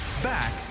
Back